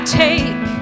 take